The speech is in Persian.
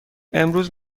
امروز